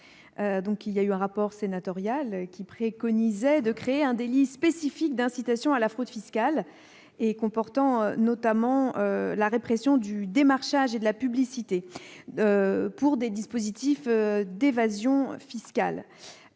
limitée. Un rapport sénatorial préconisait de créer un délit spécifique d'incitation à la fraude fiscale comportant notamment la répression du démarchage et de la publicité pour des dispositifs d'évasion fiscale.